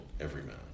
Everyman